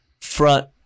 front